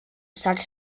such